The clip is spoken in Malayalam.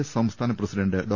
എസ് സംസ്ഥാന പ്രസിഡന്റ് ഡോ